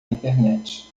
internet